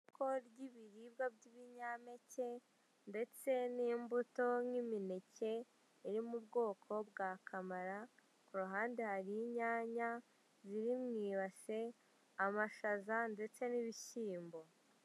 Isoko ry'ibiribwa by'ibinyampeke ndetse n'imbuto nk'imineke iri mu bwoko bwa kamara kuruhande hari inyanya ziri mu ibase, amashaza ndetse n'ibishyimbo.